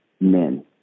men